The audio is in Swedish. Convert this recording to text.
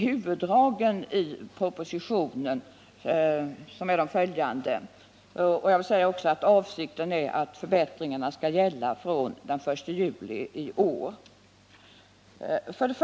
Huvuddragen i propositionen är följande —jag vill tillägga att avsikten är att förbättringarna skall gälla från den 1 juli i år: 1.